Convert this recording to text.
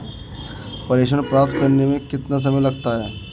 प्रेषण प्राप्त करने में कितना समय लगता है?